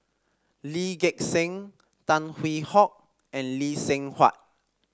Lee Gek Seng Tan Hwee Hock and Lee Seng Huat